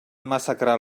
massacrar